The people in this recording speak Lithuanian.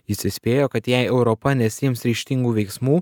jis įspėjo kad jei europa nesiims ryžtingų veiksmų